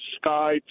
sky